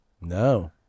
No